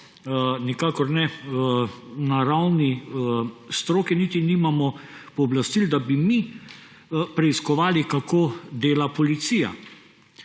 nikakor ne, na ravni stroke, niti nimamo pooblastil, da bi mi preiskovali, kako dela policija.